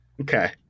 Okay